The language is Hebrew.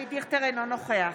אינו נוכח